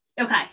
Okay